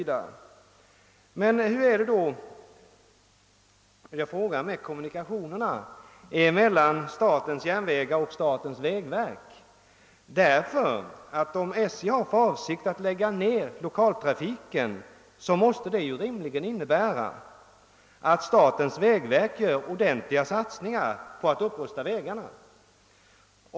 Man kan ställa frågan hur det är med kommunikationerna mellan statens järnvägar och statens vägverk. Om SJ har för avsikt att lägga ned lokaltrafiken, måste detta rimligen innebära att statens vägverk gör ordentliga satsningar för att upprusta vägarna.